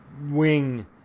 wing